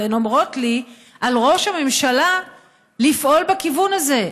והן אומרות לי: על ראש הממשלה לפעול בכיוון הזה.